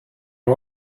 nhw